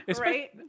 Right